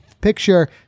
picture